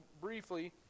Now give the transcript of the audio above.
briefly